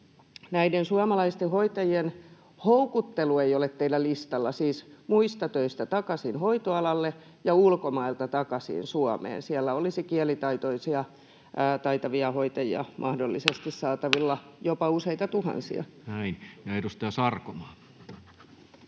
näiden suomalaisten hoitajien houkuttelu ei ole teillä listalla, siis muista töistä takaisin hoitoalalle ja ulkomailta takaisin Suomeen? Siellä olisi kielitaitoisia, taitavia hoitajia mahdollisesti saatavilla jopa useita tuhansia.